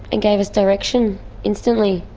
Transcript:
and gave us direction instantly.